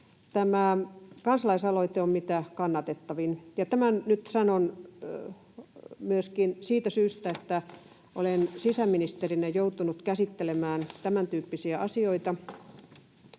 Tämä kansalaisaloite on mitä kannatettavin, ja tämän nyt sanon myöskin siitä syystä, että olen sisäministerinä joutunut käsittelemään tämäntyyppisiä asioita,